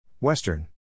Western